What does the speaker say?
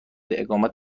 اقامت